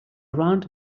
round